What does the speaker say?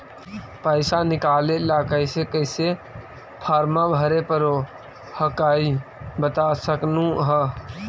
पैसा निकले ला कैसे कैसे फॉर्मा भरे परो हकाई बता सकनुह?